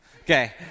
Okay